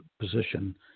position